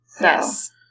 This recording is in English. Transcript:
Yes